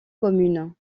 commune